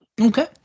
Okay